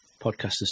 podcasters